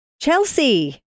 Chelsea